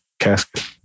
casket